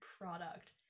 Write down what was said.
product